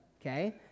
okay